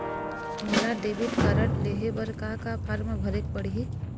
मोला debit card लेहे बर का का फार्म भरेक पड़ही?